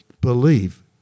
Believe